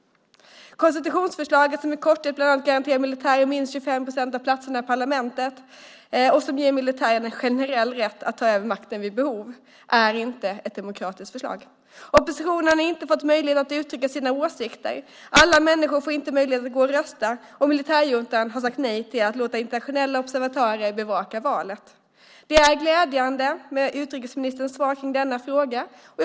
Konstitutionsförslaget, som i korthet bland annat garanterar militären minst 25 procent av platserna i parlamentet och ger militären en generell rätt att ta över makten vid behov, är inte ett demokratiskt förslag. Oppositionen har inte fått möjlighet att uttrycka sina åsikter. Alla människor får inte möjlighet att gå och rösta, och militärjuntan har sagt nej till att låta internationella observatörer bevaka valet. Utrikesministerns svar i denna fråga är glädjande.